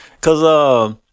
Cause